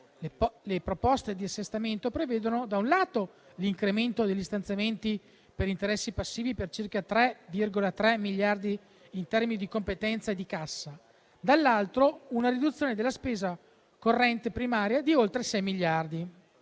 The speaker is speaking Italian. le proposte di assestamento prevedono da un lato l'incremento degli stanziamenti per interessi passivi, per circa 3,3 miliardi di euro, in termini di competenza e di cassa, dall'altro una riduzione della spesa corrente primaria di oltre 6 miliardi